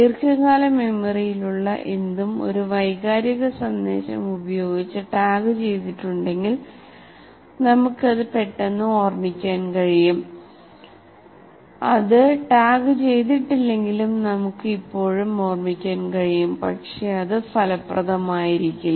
ദീർഘകാല മെമ്മറിയിലുള്ള എന്തും ഒരു വൈകാരിക സന്ദേശം ഉപയോഗിച്ച് ടാഗുചെയ്തിട്ടുണ്ടെങ്കിൽ നമുക്കത്പെട്ടെന്ന്ഓർമ്മിക്കാൻ കഴിയും അത് ടാഗുചെയ്തിട്ടില്ലെങ്കിലും നമുക്ക് ഇപ്പോഴും ഓർമിക്കാൻ കഴിയും പക്ഷേ അത് ഫലപ്രദമായിരിക്കില്ല